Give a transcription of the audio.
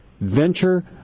venture